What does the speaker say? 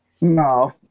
No